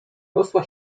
rosła